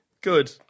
Good